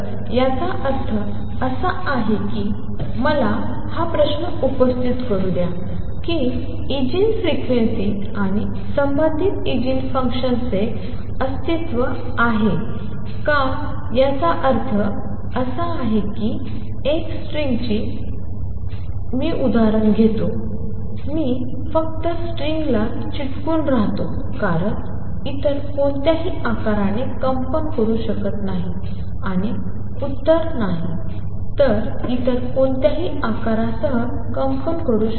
तर याचा अर्थ असा आहे की मला हा प्रश्न उपस्थित करू द्या की इगेन फ्रिक्वेन्सी आणि संबंधित इगेन फंक्शन्सचे अस्तित्व आहे का याचा अर्थ असा की एक स्ट्रिंग मी स्ट्रिंगची उदाहरणे घेत असल्याने मी फक्त स्ट्रिंगला चिकटून राहतो कारण इतर कोणत्याही आकाराने कंपन करू शकत नाही आणि उत्तर नाही इतर कोणत्याही आकारासह कंपन करू शकतो